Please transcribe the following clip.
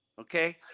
okay